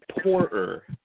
poorer